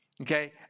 Okay